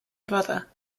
brother